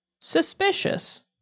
suspicious